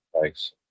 Thanks